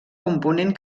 component